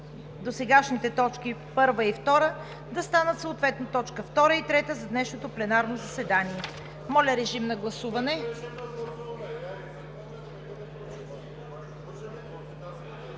досегашните точки първа и втора да станат съответно точка втора и трета за днешното пленарно заседание. МУСТАФА КАРАДАЙЪ